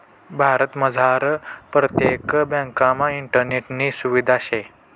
भारतमझार परतेक ब्यांकमा इंटरनेटनी सुविधा शे